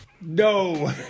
No